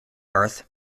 earth